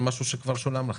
משהו שכבר שולם לכם.